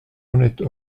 honnête